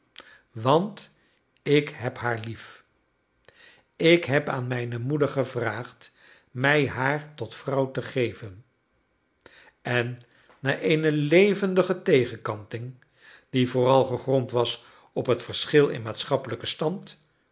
want ik heb haar lief ik heb aan mijne moeder gevraagd mij haar tot vrouw te geven en na eene levendige tegenkanting die vooral gegrond was op het verschil in maatschappelijken stand